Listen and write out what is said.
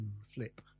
flip